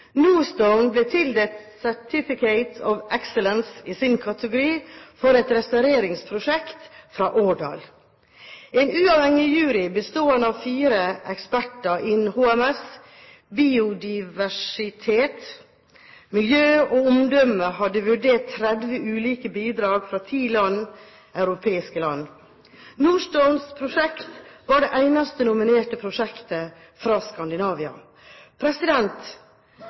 NorStone ble tildelt Certificate of Excellence i sin kategori for et restaureringsprosjekt fra Årdal. En uavhengig jury, bestående av fire eksperter innen HMS, biodiversitet, miljø og omdømme, hadde vurdert 30 ulike bidrag fra ti europeiske land. NorStones prosjekt var det eneste nominerte prosjektet fra Skandinavia.